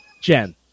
Jen